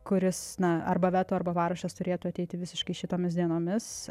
kuris na arba veto arba parašas turėtų ateiti visiškai šitomis dienomis